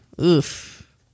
oof